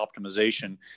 optimization